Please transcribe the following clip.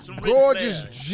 gorgeous